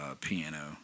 piano